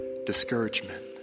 Discouragement